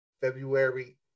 February